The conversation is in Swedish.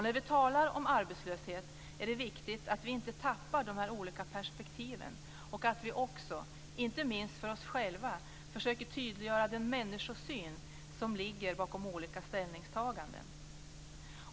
När vi talar om arbetslöshet är det viktigt att vi inte tappar de här olika perspektiven och att vi, inte minst för oss själva, försöker tydliggöra den människosyn som finns bakom olika ställningstaganden.